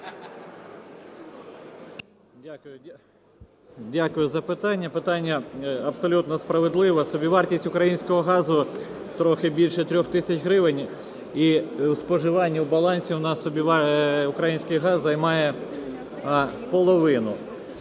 Дякую за питання. Питання абсолютно справедливе. Собівартість українського газу трохи більше 3 тисяч гривень, і споживання в балансі у нас український газ займає половину.